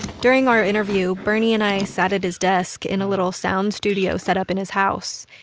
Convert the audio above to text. during our interview, bernie and i sat at his desk in a little sound studio set up in his house.